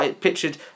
pictured